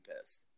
pissed